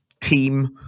team